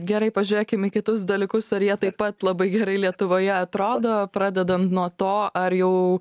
gerai pažiūrėkim į kitus dalykus ar jie taip pat labai gerai lietuvoje atrodo pradedant nuo to ar jau